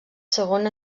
segon